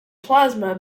plasma